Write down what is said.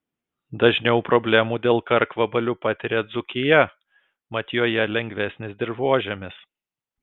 dažniau problemų dėl karkvabalių patiria dzūkija mat joje lengvesnis dirvožemis